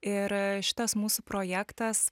ir šitas mūsų projektas